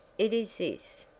it is this.